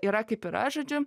yra kaip yra žodžiu